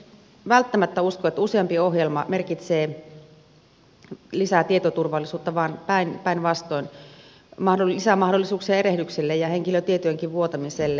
en välttämättä usko että useampi ohjelma merkitsee lisää tietoturvallisuutta vaan päinvastoin lisää mahdollisuuksia erehdyksille ja henkilötietojenkin vuotamiselle